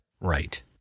Right